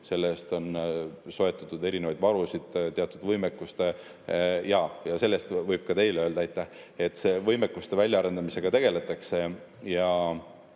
Selle eest on soetatud erinevaid varusid, teatud võimekust. Ja selle eest võib ka teile öelda aitäh, et võimekuste väljaarendamisega on tegeletud.